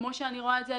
כמו שאני רואה את זה,